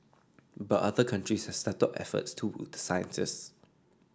but other countries has stepped up efforts to woo the scientists